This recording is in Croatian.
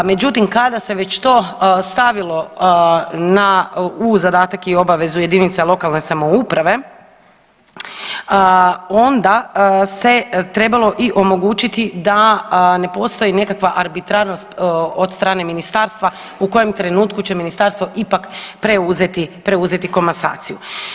Međutim kada se već to stavilo na, u zadatak i obavezu jedinica lokalne samouprave onda se trebalo i omogućiti da ne postoji nekakva arbitrarnost od strane ministarstva u kojem trenutku će ministarstvo ipak preuzeti, preuzeti komasaciju.